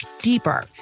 deeper